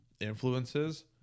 influences